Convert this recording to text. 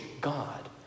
God